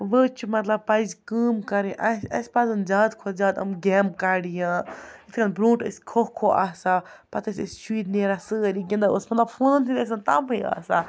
وۄنۍ چھِ مطلب پَزِ کٲم کَرٕنۍ اَسہِ اَسہِ پَزن زیادٕ کھۄتہٕ زیادٕ یِم گیمہٕ کَڑیہِ یِتھ کٔنۍ بروںٛٹھ ٲسۍ کھو کھو آسان پَتہٕ ٲسۍ أسۍ شُرۍ نیران سٲری گِںٛدان اوس مطلب فونَن ہِنٛدۍ ٲسۍ نہٕ تَمہٕے آسان